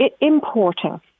importing